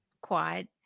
quad